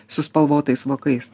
su spalvotais vokais